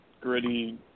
gritty